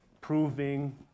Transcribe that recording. proving